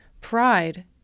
Pride